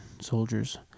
soldiers